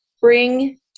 bring